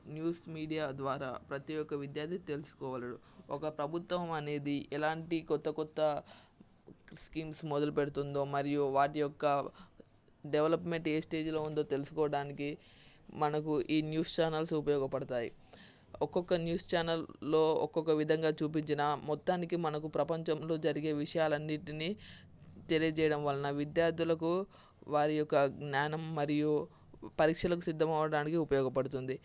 news media ద్వారా ప్రతి ఒక్క విద్యార్థి తెలుసుకోవలెను ఒక ప్రభుత్వం అనేది ఎలాంటి కొత్త కొత్త స్కీమ్స్ మొదలు పెడుతుందో మరియు వాటి యొక్క డెవలప్మెంట్ ఏ స్టేజిలో ఉందో తెలుసుకోవడానికి మనకు ఈ న్యూస్ ఛానల్స్ ఉపయోగపడతాయి ఒక్కొక్క న్యూస్ ఛానల్లో ఒక్కొక్క విధంగా చూపించిన మొత్తానికి మనకు ప్రపంచంలో జరిగే విషయాలన్నిటిని తెలియజేయడం వలన విద్యార్థులకు వారి యొక్క జ్ఞానం మరియు పరీక్షలకు సిద్ధం అవ్వడానికి ఉపయోగపడుతుంది